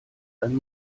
ein